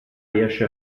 riesce